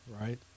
Right